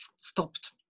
stopped